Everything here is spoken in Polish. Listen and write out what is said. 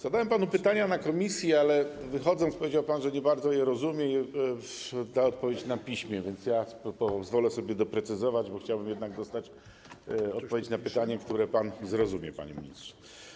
Zadałem panu pytania w komisji, ale wychodząc, powiedział pan, że nie bardzo je rozumie i da odpowiedź na piśmie, więc ja pozwolę sobie doprecyzować, bo chciałbym jednak dostać odpowiedź na pytania, które pan zrozumie, panie ministrze.